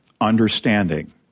understanding